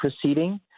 proceeding